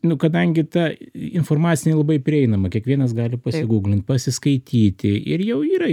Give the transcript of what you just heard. nu kadangi ta informacija jinai labai prieinama kiekvienas gali pasiguglint pasiskaityti ir jau yra